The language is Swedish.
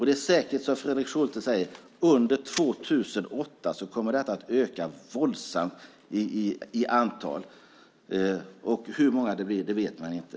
Det är säkert som Fredrik Schulte säger, nämligen att under 2008 kommer ansökningarna att öka i antal. Hur många det blir vet vi inte.